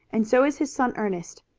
and so is his son ernest.